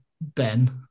Ben